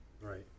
right